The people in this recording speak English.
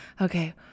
okay